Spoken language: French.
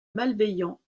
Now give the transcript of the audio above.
malveillants